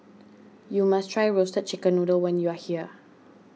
you must try Roasted Chicken Noodle when you are here